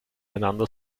einander